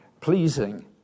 pleasing